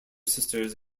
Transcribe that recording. sisters